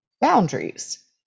boundaries